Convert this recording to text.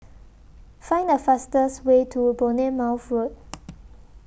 Find The fastest Way to A Bournemouth Road